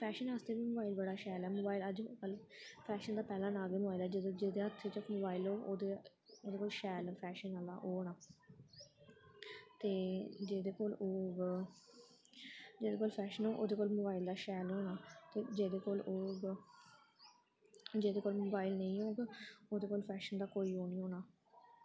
fashion आस्तै बी mobile बड़ा शैल ऐ मोबाइल अज्जकल फैशन दा पैह्ला नांऽ गै मोबाइल ऐ जेह्दे जेह्दे हत्थ च मोबाइल होग ओह्दे ओह्दे कोल शैल फैशन आह्ला ओह् होना ते जेह्दे कोल ओह् होग जेह्दे कोल फैशन होग ओह्दे कोल मोबाइल शैल होना ते जेह्दे कोल ओह् होग जेह्दे कोल मोबाइल नेईं होग ओह्दे कोल फैशन दा कोई ओह् निं होना